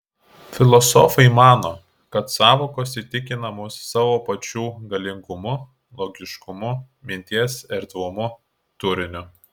filosofai mano kad sąvokos įtikina mus savo pačių galingumu logiškumu minties erdvumu turiniu